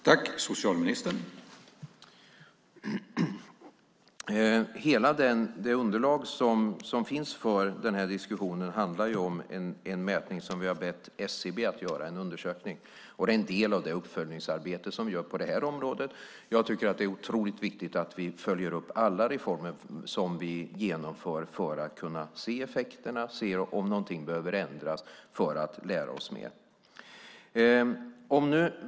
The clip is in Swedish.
Herr talman! Hela det underlag som finns för denna diskussion handlar om en undersökning som vi har bett SCB att göra, och det är en del av det uppföljningsarbete som vi gör på detta område. Jag tycker att det är otroligt viktigt att vi följer upp alla reformer som vi genomför för att kunna se effekterna, för att se om någonting behöver ändras och för att lära oss mer.